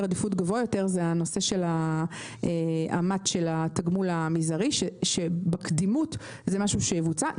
עדיפות גבוה יותר זה הנושא של התגמול המזערי שבקדימות זה משהו שיבוצע.